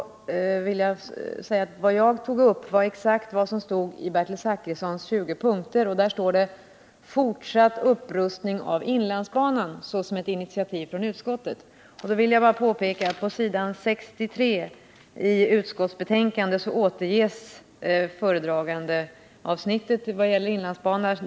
Vad jag tog upp var exakt vad som står i Bertil Zachrissons 20 punkter, där fortsatt upprustning av inlandsbanan är upptagen såsom ett initiativ från utskottet. På s. 63 i utskottsbetänkandet återges föredragandeavsnittet vad gäller inlandsbanan.